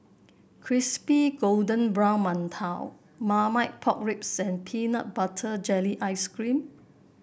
Crispy Golden Brown Mantou Marmite Pork Ribs and Peanut Butter Jelly Ice cream